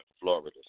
Florida